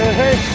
hey